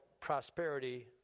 prosperity